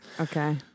Okay